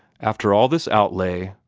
after all this outlay,